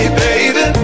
baby